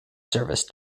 service